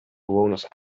bewoners